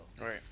Right